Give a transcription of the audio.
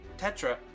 Tetra